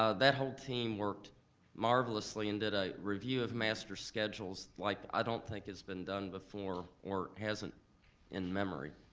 ah that whole team worked marvelously and did a review of master schedules like i don't think has been done before, or hasn't in memory.